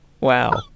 Wow